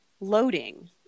loading